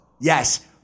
Yes